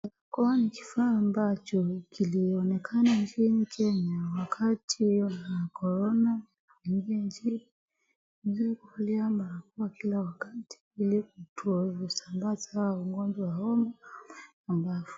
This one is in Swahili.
Ni kifaa ambacho kilionekana nchini Kenya wakati wa Corona inchini. Ni vizuri kufunika mapua kila wakati ili kuto sambaza ugonjwa homa wa mbavu.